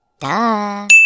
Duh